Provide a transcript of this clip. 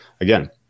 again